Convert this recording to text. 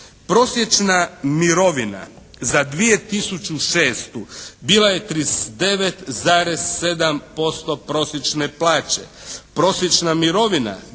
Prosječna mirovina za 2006. bila je 39,7% prosječna plaće.